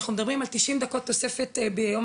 אנחנו מדברים על תשעים דקות תוספת ביום